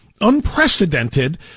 unprecedented